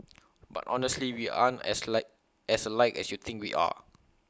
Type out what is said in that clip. but honestly we aren't as alike as alike as you think we are